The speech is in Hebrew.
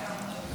בבקשה.